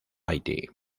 haití